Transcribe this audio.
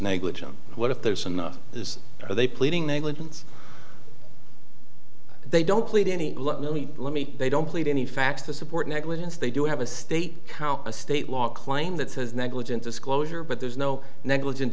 negligent what if there's enough is they pleading negligence they don't plead any let me they don't plead any facts to support negligence they do have a state count a state law claim that says negligent disclosure but there's no negligen